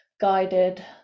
guided